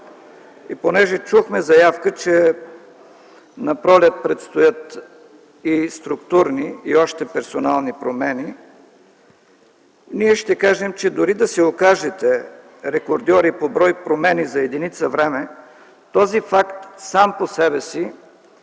И понеже чухме заявка, че напролет предстоят и структурни, и още персонални промени, ще кажем, че дори да се окажете рекордьори по брой промени за единица време, този факт сам по себе си